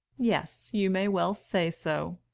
yes, you may well say so.